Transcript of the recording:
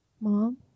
mom